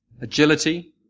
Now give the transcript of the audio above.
Agility